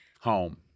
Home